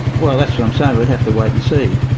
well, that's what i'm saying, we'd have to wait and see.